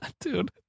dude